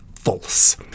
False